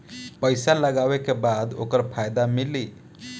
पइसा लगावे के बाद ओकर फायदा मिली